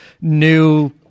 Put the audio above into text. new